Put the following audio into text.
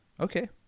okay